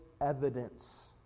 evidence